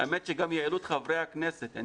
האמת שגם יעילות חברי הכנסת.